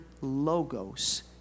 logos